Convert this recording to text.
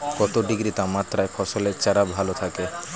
কত ডিগ্রি তাপমাত্রায় ফসলের চারা ভালো থাকে?